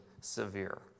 severe